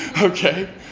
okay